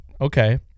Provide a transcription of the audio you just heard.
okay